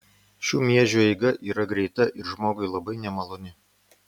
šių miežių eiga yra greita ir žmogui labai nemaloni